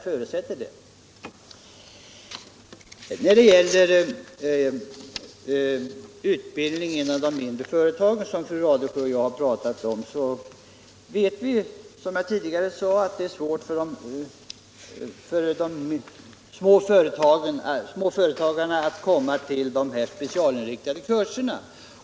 När det gäller frågan om utbildningen inom de mindre företagen, som fru Radesjö och jag har talat om, vet vi som jag tidigare sade att det är svårt för småföretagarna att komma till de specialinriktade kurserna.